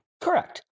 Correct